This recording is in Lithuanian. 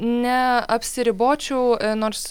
ne apsiribočiau nors